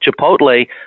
Chipotle